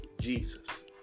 Jesus